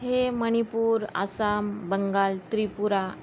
हे मणिपूर आसाम बंगाल त्रिपुरा